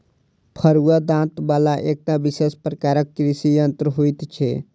फरूआ दाँत बला एकटा विशेष प्रकारक कृषि यंत्र होइत छै